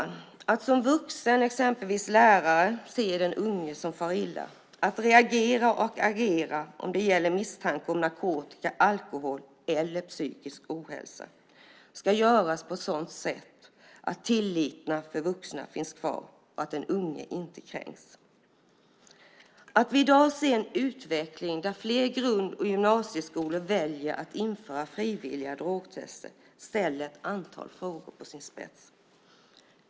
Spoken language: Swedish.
När man som vuxen, exempelvis som lärare, ser den unge fara illa och det gäller misstanke om narkotika, alkohol eller psykisk ohälsa måste man reagera och agera på ett sådant sätt att tilliten till vuxna finns kvar och den unge inte kränks. Att vi i dag ser en utveckling där fler grund och gymnasieskolor väljer att införa frivilliga drogtester ställer ett antal frågor på sin spets.